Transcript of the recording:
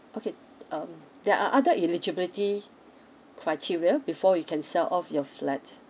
okay um there are other eligibility criteria before you can sell off your flat